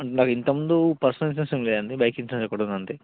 నాకు ఇంతకుముందు personal insurance ఏమి లేదండి బైక్ ఇన్సూరెన్స్ ఒకటి ఉంది అంతే